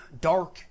dark